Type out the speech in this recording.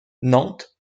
nantes